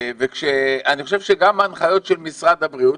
אני חושב שגם ההנחיות של משרד הבריאות,